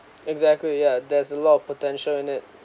exactly yeah there's a lot of potential in it